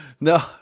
No